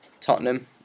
Tottenham